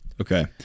Okay